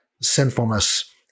sinfulness